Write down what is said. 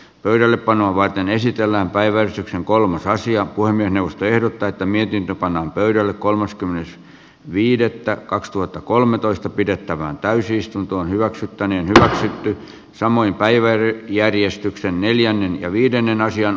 pöydällepanoa varten esitellään päivän kolmas asia kuin minusta ehdot täyttäminen ja pannaan pöydälle kolmaskymmenes viidettä kaksituhattakolmetoista pidettävään täysistunto hyväksyttäneen yk samoin päivä ter veydenhoidossa ja viidennen sijan